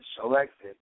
selected